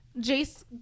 jace